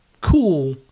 cool